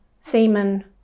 semen